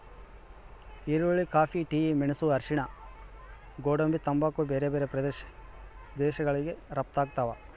ಈರುಳ್ಳಿ coffee tea ಮೆಣಸು ಅರಿಶಿಣ ಗೋಡಂಬಿ ತಂಬಾಕು ಬೇರೆ ಬೇರೆ ದೇಶಗಳಿಗೆ ರಪ್ತಾಗ್ತಾವ